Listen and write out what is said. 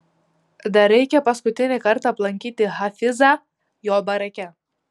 dar reikia paskutinį kartą aplankyti hafizą jo barake